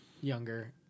younger